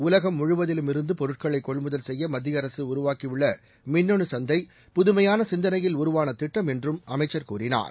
உலகம் முழுவதிலுமிருந்து பொருட்களை கொள்முதல் செய்ய மத்திய அரசு உருவாக்கியுள்ள மின்னுச் சந்தை புதுமையான சிந்தளையில் உருவான திட்டம் என்றும் அமைச்சர் கூறினார்